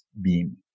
beam